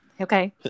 okay